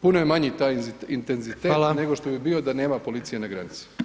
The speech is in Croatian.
Puno je manji taj intenzitet nego što bi bio da nema policije na granici.